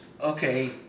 okay